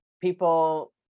people